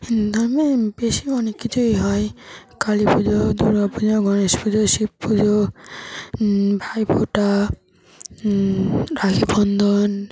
হিন্দু ধর্মে বেশ অনেক কিছুই হয় কালী পুজো দুর্গা পুজো গণেশ পুজো শিব পুজো ভাইফোঁটা রাখিবন্ধন